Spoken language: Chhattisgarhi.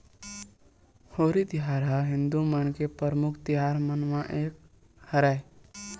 होरी तिहार ह हिदू मन के परमुख तिहार मन म एक हरय